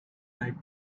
right